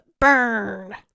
burn